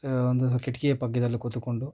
ಒಂದು ಕಿಟಕಿಯ ಪಕ್ಕದಲ್ಲಿ ಕೂತುಕೊಂಡು